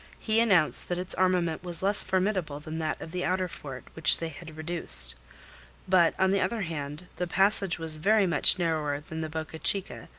he announced that its armament was less formidable than that of the outer fort, which they had reduced but on the other hand, the passage was very much narrower than the boca chica,